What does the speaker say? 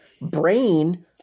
brain